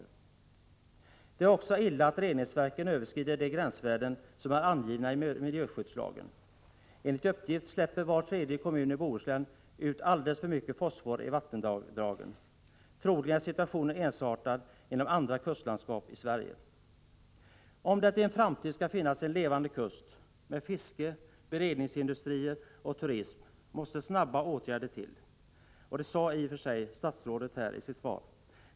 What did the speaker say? Det är också illa att reningsverken överskrider de gränsvärden som är angivna i miljöskyddslagen. Enligt uppgift släpper var tredje kommun i Bohuslän ut alldeles för mycket fosfor i vattendragen. Troligen är situationen ensartad inom andra kustlandskap i Sverige. Om det i en framtid skall finnas en levande kust, med fiske, beredningsindustrier och turism, måste snabba åtgärder till — det sade i och för sig statsrådet i sitt svar.